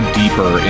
deeper